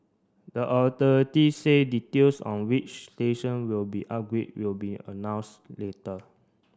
the authority say details on which station will be upgrade will be announced later